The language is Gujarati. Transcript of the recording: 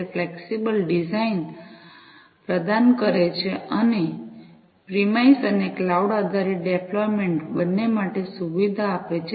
તે ફ્લેક્સીબલ ડિઝાઇન પ્રદાન કરે છે અને પ્રિમાઈસ અને ક્લાઉડ આધારિત ડિપ્લોયમેન્ટ બંને માટે સુવિધા આપે છે